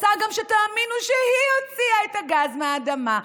רוצה גם שתאמינו שהיא הוציאה את הגז מהאדמה.